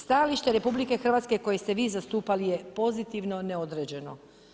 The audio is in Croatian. Stajalište RH koje ste vi zastupali je pozitivno, neodređeno.